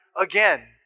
again